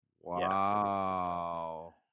wow